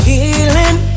Healing